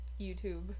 YouTube